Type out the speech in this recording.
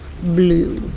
Blue